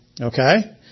Okay